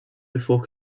before